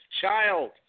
child